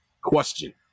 question